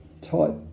type